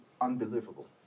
unbelievable